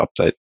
update